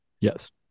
Yes